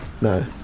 No